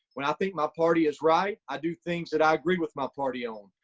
when i think my party is right, i do things that i agree with my party on.